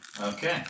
Okay